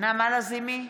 נעמה לזימי,